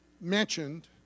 mentioned